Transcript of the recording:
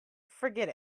forget